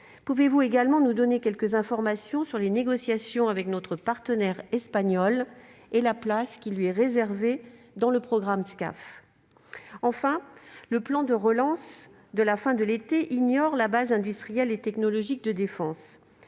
Pouvez-vous également nous donner quelques informations sur les négociations avec notre partenaire espagnol et sur la place qui lui est réservée dans le programme SCAF ? Enfin, le plan de relance de la fin de l'été ignore la base industrielle et technologique de défense.